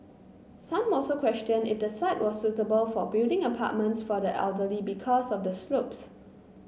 some also questioned if the site was suitable for building apartments for the elderly because of the slopes